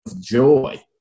joy